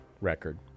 record